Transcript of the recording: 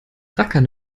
rackern